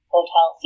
Hotel